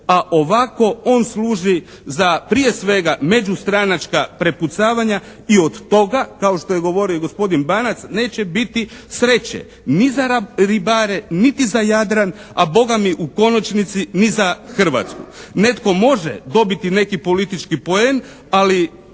a ovako on služi za pije svega međustranačka prepucavanja i od toga kao što je govorio i gospodin Banac neće biti sreće, ni za ribare, niti za Jadran, a Boga mi u konačnici ni za Hrvatsku. Netko može dobiti neki politički poen, ali,